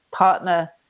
partner